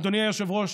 אדוני היושב-ראש,